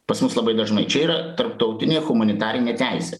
pas mus labai dažnai čia yra tarptautinė humanitarinė teisė